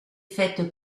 faite